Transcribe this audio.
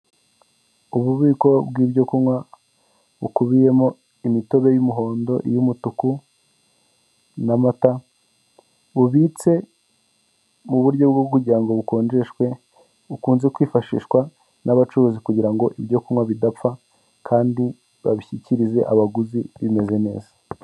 Ububiko bwi'ibyokunywa bukubiyemo imitobe umuhondo, umutuku n'amata bubitse mu buryo bwo kugirango bukonjeshwe bukunze kwifashishwa n'abacuruzi kugira ibyo kunywa bidapfa kandi babishyikirize abaguzi bimeze neza.